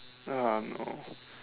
uh ah no